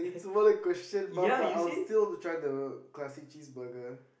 it's a valid question mom but I will still want to try the classic cheeseburger